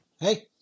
Hey